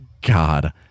God